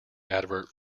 advert